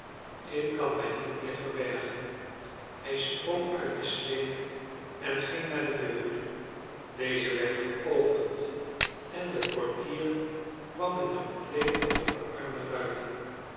ik kan mij niet meer verbergen hij sprong uit de slede en ging naar de deur deze werd geopend en de portier kwam met een plaid over den arm naar buiten